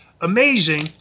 amazing